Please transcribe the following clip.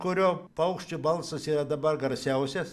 kurio paukščio balsas yra dabar garsiausias